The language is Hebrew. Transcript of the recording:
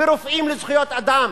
ו"רופאים לזכויות אדם"